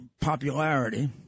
popularity